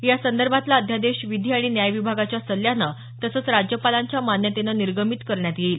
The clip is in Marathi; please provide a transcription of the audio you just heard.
यासंदर्भातला अध्यादेश विधी आणि न्याय विभागाच्या सल्ल्यानं तसंच राज्यपालांच्या मान्यतेनं निर्गमित करण्यात येईल